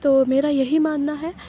تو میرا یہی ماننا ہے